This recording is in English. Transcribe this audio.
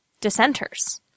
dissenters